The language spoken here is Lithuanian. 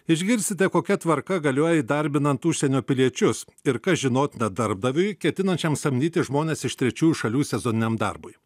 išgirsite kokia tvarka galioja įdarbinant užsienio piliečius ir kas žinotina darbdaviui ketinančiam samdyti žmones iš trečiųjų šalių sezoniniam darbui